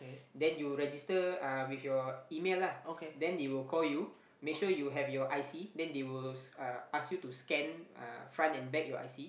then you register uh with your email lah then they will call you make sure you have your I_C then they will uh ask you to scan uh front and back your I_C